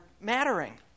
mattering